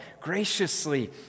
graciously